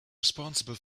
responsible